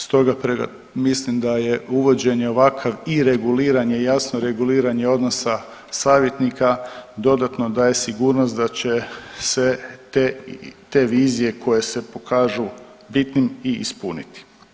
Stoga mislim da je uvođenjem ovakav i reguliranje jasno reguliranje odnosa savjetnika dodatno daje sigurnost da će se te vizije koje se pokažu bitnim i ispuniti.